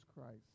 Christ